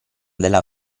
della